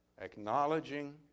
acknowledging